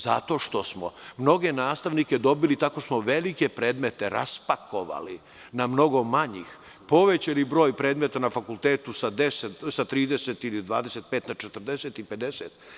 Zato što smo mnoge nastavnike dobili tako što smo velike predmete raspakovali na mnogo manji, povećani broj predmeta na fakultetu sa 30 ili 25 na 40 ili 50.